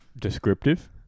descriptive